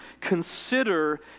consider